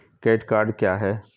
Credit card क्या है?